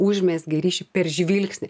užmezgė ryšį per žvilgsnį